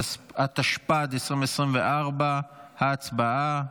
התשפ"ד 2024. הצבעה.